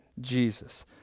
Jesus